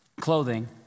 clothing